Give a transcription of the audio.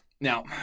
now